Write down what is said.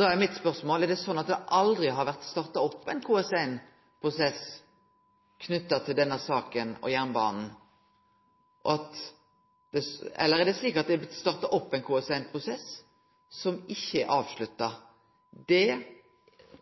er mitt spørsmål òg: Er det sånn at det aldri har vore starta opp ein KS1-prosess knytt til denne saka og jernbanen, eller er det slik at det har blitt starta opp ein KS1-prosess som ikkje er avslutta? Det